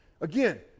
Again